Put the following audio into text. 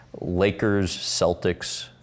Lakers-Celtics